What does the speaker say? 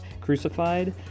crucified